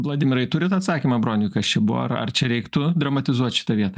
vladimirai turit atsakymą broniui kas čia buvo ar čia reiktų dramatizuot šitą vietą